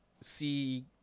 see